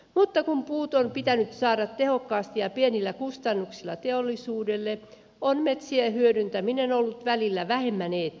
mutta kun puut on pitänyt saada tehokkaasti ja pienillä kustannuksilla teollisuudelle on metsien hyödyntäminen ollut välillä vähemmän eettistä